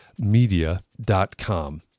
media.com